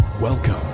Welcome